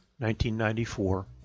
1994